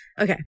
okay